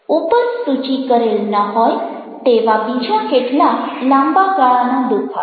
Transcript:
ઉપર સૂચિ કરેલ ન હોય તેવા બીજા કેટલાક લાંબા ગાળાના દુખાવા